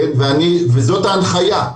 וזאת ההנחיה,